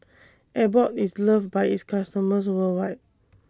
Abbott IS loved By its customers worldwide